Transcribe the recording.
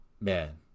man